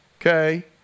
okay